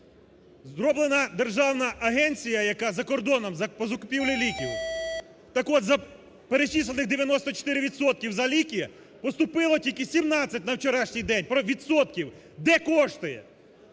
Зроблена державна агенція, яка… за кордоном по закупівлі ліків, так от з перечислених 94 відсотків за ліки поступило тільки 17 на вчорашній день відсотків. Де кошти!?